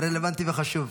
רלוונטי וחשוב.